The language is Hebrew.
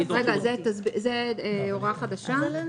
זו הוראה חדשה?